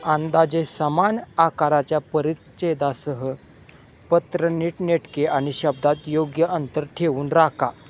अंदाजे समान आकाराच्या परिच्छेदासह पत्र नीटनेटके आणि शब्दात योग्य अंतर ठेवून राखा